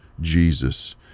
Jesus